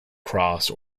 cross